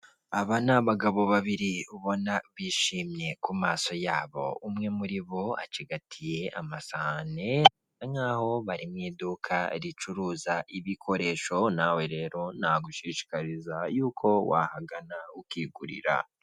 Aba ni abagabo babiri ubona bishimye ku maso yabo umwe muri bo acigatiye amasahani nkaho bari mu iduka ricuruza ibikoresho, nawe rero nagushishikariza yuko wahagana ukigurira.